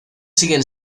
siguen